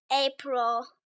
April